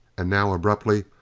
and now, abruptly,